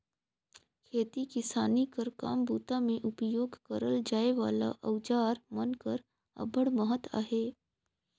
खेती किसानी कर काम बूता मे उपियोग करल जाए वाला अउजार मन कर अब्बड़ महत अहे